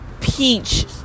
peach